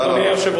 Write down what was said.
בבקשה, אדוני.